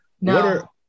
No